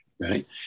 Right